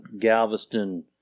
Galveston